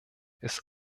ist